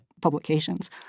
publications